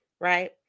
right